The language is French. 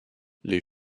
les